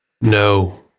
No